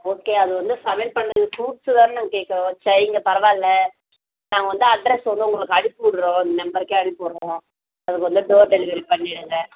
okay அது வந்து சமையல் பண்ணுறதுக்கு ஃப்ரூட்ஸ்ஸு தானே நாங்கள் கேட்குறோம் சரிங்க பரவாயில்லை நாங்கள் வந்து அட்ரெஸ் வந்து உங்களுக்கு அனுப்பிவுடுறோம் இந்த நம்பருக்கே அனுப்பிவுடுறோம் அதுக்கு வந்து டோர் டெலிவரி பண்ணிவிடுங்க